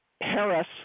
Harris